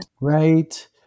Right